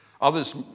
Others